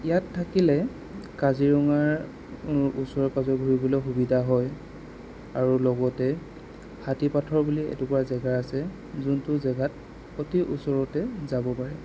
ইয়াত থাকিলে কাজিৰঙাৰ ওচৰে পাঁজৰে ঘূৰিবলৈ সুবিধা হয় আৰু লগতে হাতী পাথৰ বুলি এটুকুৰা জেগা আছে যোনটো জেগাত অতি ওচৰতে যাব পাৰে